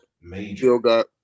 Major